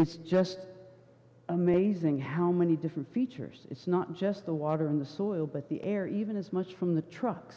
it's just amazing how many different features it's not just the water in the soil but the air even as much from the trucks